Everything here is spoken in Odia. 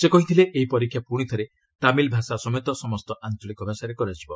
ସେ କହିଥିଲେ ଏହି ପରୀକ୍ଷା ପୁଣିଥରେ ତାମିଲ ଭାଷା ସମେତ ସମସ୍ତ ଆଞ୍ଚଳିକ ଭାଷାରେ କରାଯିବ